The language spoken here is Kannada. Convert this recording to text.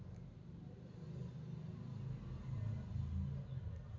ವೈಜ್ಞಾನಿಕವಾಗಿ ಜೇನುನೊಣಗಳ ಬಗ್ಗೆ ಅದ್ಯಯನ ಮಾಡುದು